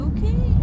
Okay